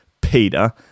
Peter